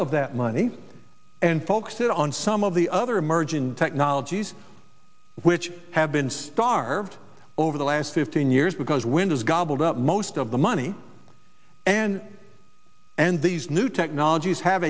of that money and focus it on some of the other emerging technologies which have been starved over the last fifteen years because windows gobbled up most of the money and and these new technologies have